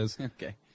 Okay